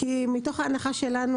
מתוך ההנחה שלנו.